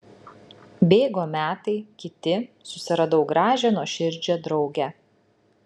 bėgo metai kiti susiradau gražią nuoširdžią draugę